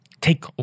take